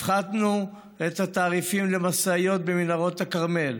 הפחתנו את התעריפים למשאיות במנהרות הכרמל.